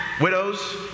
widows